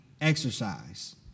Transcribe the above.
exercise